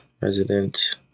resident